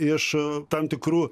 iš tam tikrų